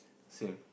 same